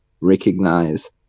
recognize